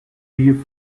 you